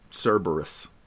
Cerberus